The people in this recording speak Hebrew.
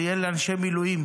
זה יהיה לאנשי מילואים.